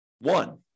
one